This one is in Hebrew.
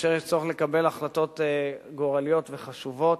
כאשר יש צורך לקבל החלטות גורליות וחשובות.